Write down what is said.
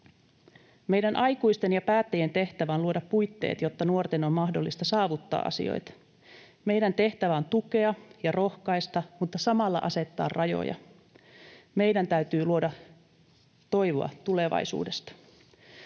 Meidän aikuisten ja päättäjien tehtävä on luoda puitteet, jotta nuorten on mahdollista saavuttaa asioita. Meidän tehtävä on tukea ja rohkaista mutta samalla asettaa rajoja. Meidän täytyy luoda toivoa tulevaisuudesta.